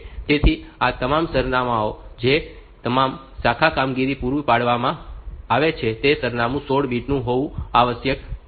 તેથી આ તમામ સરનામાંઓ જે તમામ શાખા કામગીરીને પૂરા પાડવામાં આવે છે તે સરનામું 16 બીટ હોવું આવશ્યક છે